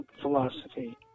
philosophy